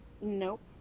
Nope